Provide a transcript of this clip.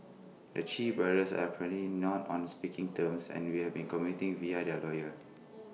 the Chee brothers are apparently not on speaking terms and you have been communicating via their lawyers